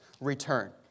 return